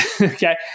okay